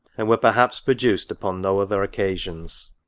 and were perhaps produced upon no other occasions.